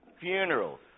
Funerals